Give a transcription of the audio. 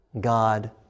God